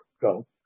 go